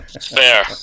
Fair